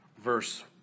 verse